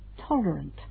tolerant